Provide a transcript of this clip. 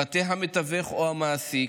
פרטי המתווך או המעסיק,